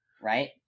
right